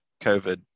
COVID